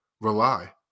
rely